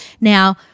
Now